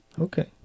Okay